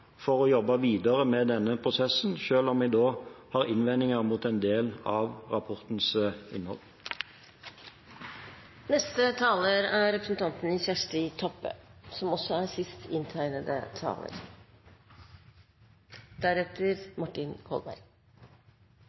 for å jobbe videre med denne prosessen, selv om jeg har innvendinger mot en del av rapportens innhold.